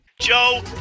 Joe